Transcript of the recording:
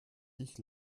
ich